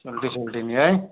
सोल्टी सोल्टिनी है